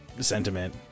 sentiment